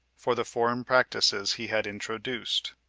for the foreign practices he had introduced,